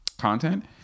content